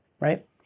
right